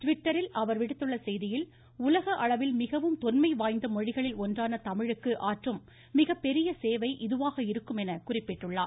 டிவிட்டரில் அவர் விடுத்துள்ள செய்தியில் உலக அளவில் மிகவும் தொன்மைவாய்ந்த மொழிகளில் ஒன்றான தமிழுக்கு ஆற்றும் மிகப்பெரிய சேவை இதுவாக இருக்கும் என குறிப்பிட்டுள்ளார்